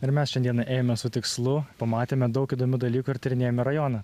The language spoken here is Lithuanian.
ir mes šiandieną ėjome su tikslu pamatėme daug įdomių dalykų ir tyrinėjome rajoną